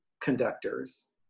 conductors